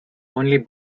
only